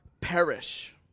perish